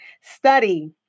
Study